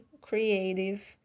creative